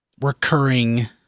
recurring